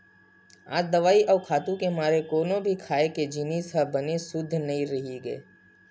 आज दवई अउ खातू के मारे कोनो भी खाए के जिनिस ह बने सुद्ध नइ रहि गे